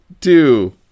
two